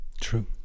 true